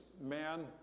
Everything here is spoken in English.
man